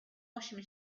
washing